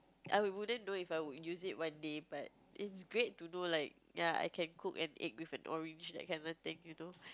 I would wouldn't know If I would use it one day but it's great to know like ya I can cook an egg with an orange that kind of thing you know